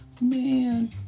man